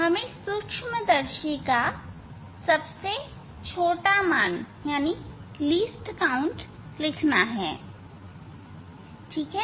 हमें सूक्ष्मदर्शी की सबसे छोटा मान लिखना है ठीक है